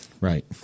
Right